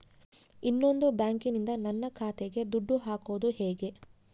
ಇನ್ನೊಂದು ಬ್ಯಾಂಕಿನಿಂದ ನನ್ನ ಖಾತೆಗೆ ದುಡ್ಡು ಹಾಕೋದು ಹೇಗೆ?